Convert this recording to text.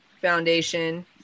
Foundation